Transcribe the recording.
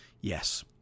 Yes